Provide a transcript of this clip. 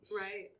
Right